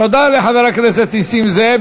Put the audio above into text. תודה לחבר הכנסת נסים זאב.